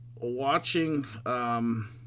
watching